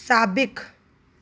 साबिक़ु